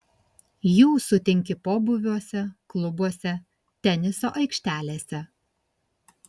jų sutinki pobūviuose klubuose teniso aikštelėse